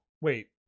Wait